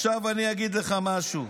אתה חייב להגיב לדבר הזה,